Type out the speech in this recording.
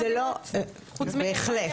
בהחלט.